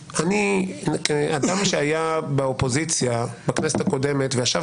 כאדם שהיה באופוזיציה בכנסת הקודמת וישב